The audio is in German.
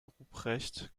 ruprecht